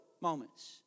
moments